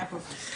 כן.